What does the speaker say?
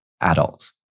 adults